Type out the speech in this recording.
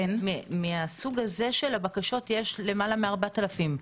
מהסוג הזה של הבקשות יש למעלה מ-4,000.